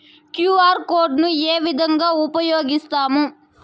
QR code ను ఏ విధంగా ఉపయగిస్తాము?